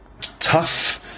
tough